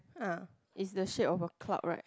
ah it's the shape of a cloud right